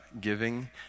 giving